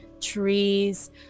trees